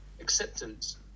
acceptance